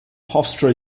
hofstra